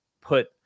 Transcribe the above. put